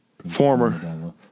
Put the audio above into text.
Former